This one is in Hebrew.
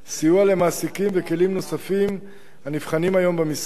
סיוע למעסיקים וכלים נוספים הנבחנים היום במשרד.